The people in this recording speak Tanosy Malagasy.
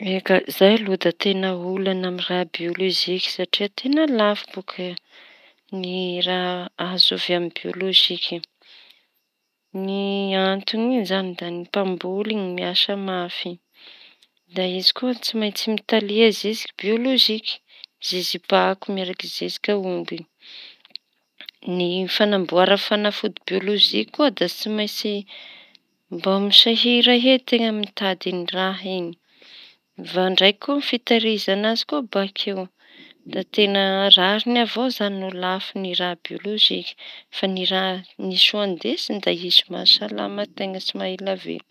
Eka, zay aloha da teña olaña amin'ny raha bioloziky satria teña lafo boaka ny raha azo avy amin'ny bioloziky iñy. Ny anton'iñy iizañy da ny mpamboly iñy miasa mafy da izy koa tsy maintsy mitalia zeziky bioloziky zezi-pako miaraky zezik'aomby; ny fanamboara fanafody bioloziky koa da tsy maintsy mbô misahira e teña mitalia iñy raha iñy. Vao ndraiky koa fitahirizana azy koa bakeo da teña rariñy avao izañy no lafo ny raha bioloziky fa ny raha ny soa indesiñy da izy mahasalama an-teña sy maha ela velo.